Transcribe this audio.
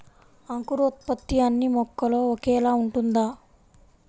అంకురోత్పత్తి అన్నీ మొక్కలో ఒకేలా ఉంటుందా?